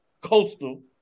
coastal